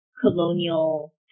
colonial